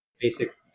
basic